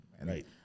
Right